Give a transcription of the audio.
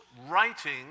writing